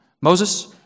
Moses